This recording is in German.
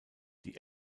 die